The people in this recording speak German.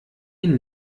ihn